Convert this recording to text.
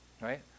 Right